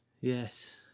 Yes